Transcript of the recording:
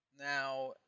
Now